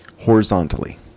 horizontally